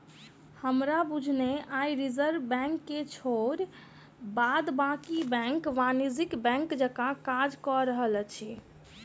हमरा बुझने आइ रिजर्व बैंक के छोइड़ बाद बाँकी बैंक वाणिज्यिक बैंक जकाँ काज कअ रहल अछि